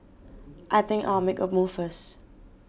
I think I'll make a move first